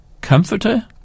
Comforter